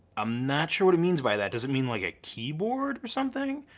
i'm not sure what it means by that. does it mean like a keyboard or something?